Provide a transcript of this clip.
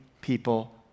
people